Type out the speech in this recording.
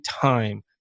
time